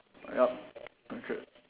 yup okay